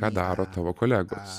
ką daro tavo kolegos